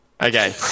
Okay